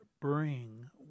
bring